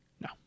no